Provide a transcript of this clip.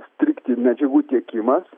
strigti medžiagų tiekimas